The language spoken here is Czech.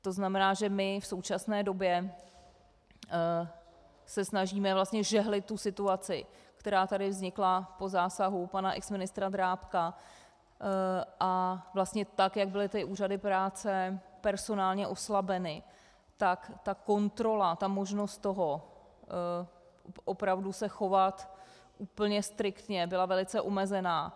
To znamená, že my se v současné době snažíme vlastně žehlit situaci, která tady vznikla po zásahu pana exministra Drábka, a vlastně tak jak byly úřady práce personálně oslabeny, tak kontrola, možnost toho opravdu se chovat úplně striktně, byla velice omezena.